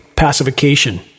pacification